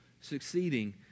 succeeding